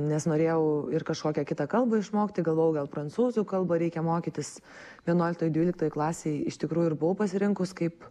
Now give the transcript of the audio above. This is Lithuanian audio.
nes norėjau ir kažkokią kitą kalbą išmokti galvojau gal prancūzų kalbą reikia mokytis vienuoliktoj dvyliktoj klasėj iš tikrųjų ir buvau pasirinkus kaip